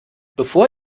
bevor